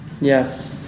Yes